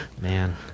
man